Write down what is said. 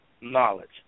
knowledge